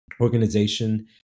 organization